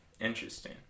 Interesting